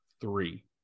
three